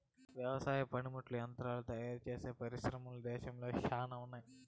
వ్యవసాయ పనిముట్లు యంత్రాలు తయారుచేసే పరిశ్రమలు దేశంలో శ్యానా ఉన్నాయి